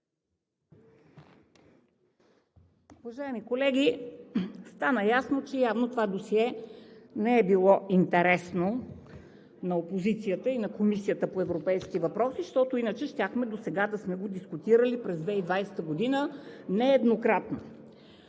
Уважаеми колеги, стана ясно, че явно това досие не е било интересно на опозицията и на Комисията по европейските въпроси, защото иначе досега щяхме да сме го дискутирали през 2020 г. нееднократно.